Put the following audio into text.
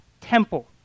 temple